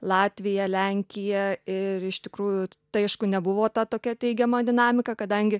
latvija lenkija ir iš tikrųjų tai aišku nebuvo ta tokia teigiama dinamika kadangi